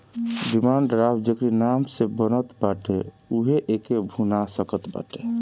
demand draft जेकरी नाम से बनत बाटे उहे एके भुना सकत बाटअ